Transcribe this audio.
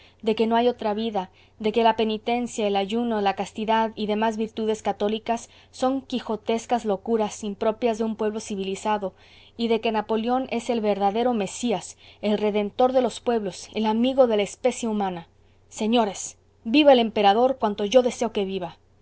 de que no hay otra vida de que la penitencia el ayuno la castidad y demás virtudes católicas son quijotescas locuras impropias de un pueblo civilizado y de que napoleón es el verdadero mesías el redentor de los pueblos el amigo de la especie humana señores viva el emperador cuanto yo deseo que viva